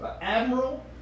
admiral